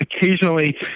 occasionally